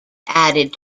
added